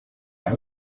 out